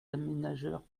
aménageurs